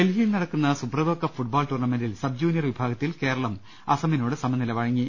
ഡൽഹിയിൽ നടക്കുന്ന സുബ്രതോകപ്പ് ഫുട്ബാൾ ടൂർണമെന്റിൽ സബ്ജൂനിയർ വിഭാഗത്തിൽ കേരളം അസമിനോട് സമനില വഴങ്ങി